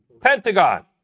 Pentagon